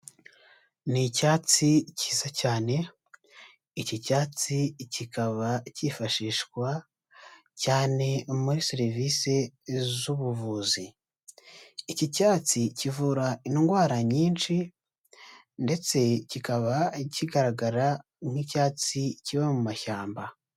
Ni icyatsi kiza cyane, iki cyatsi kikaba kifashishwa cyane muri serivisi z'ubuvuzi, iki cyatsi kivura indwara nyinshi ndetse kikaba kigaragara nk'icyatsi kiba mu mashyamba.